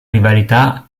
rivalità